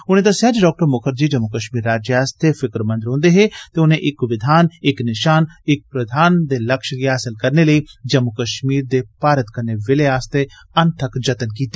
उनें दस्सेया डॉक्टर मुखर्जी जम्मू कश्मीर राज्य आस्तै फिक्रमंद रौंदे हे ते उनें इक विधान एक निशान एक प्रधान दे लक्ष्य गी हासल करने लेई जम्मू कश्मीर दे भारत कन्नै विलय आस्तै अनथक जत्न कीते